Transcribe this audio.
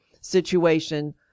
situation